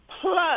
plus